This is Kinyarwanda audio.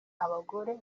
abagore